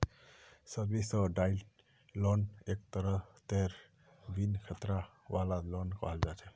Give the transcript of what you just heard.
subsidised loan एक तरहेर बिन खतरा वाला लोन कहल जा छे